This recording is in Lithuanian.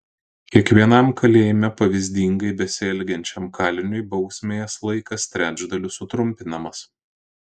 kiekvienam kalėjime pavyzdingai besielgiančiam kaliniui bausmės laikas trečdaliu sutrumpinamas